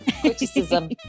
criticism